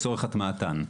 לצורך הטמעתן.